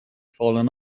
fallen